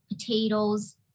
potatoes